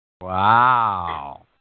Wow